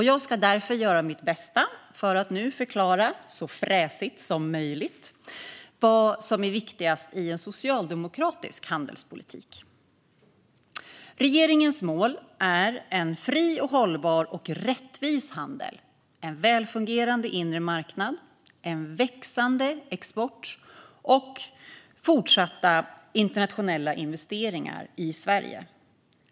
Jag ska därför göra mitt bästa för att förklara, så fräsigt som möjligt, vad som är viktigast i en socialdemokratisk handelspolitik. Regeringens mål är en fri, hållbar och rättvis handel, en välfungerande inre marknad, en växande export och fortsatta internationella investeringar i Sverige.